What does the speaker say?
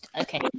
Okay